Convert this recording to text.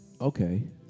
Okay